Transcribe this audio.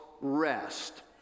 rest